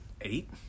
Eight